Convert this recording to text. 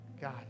God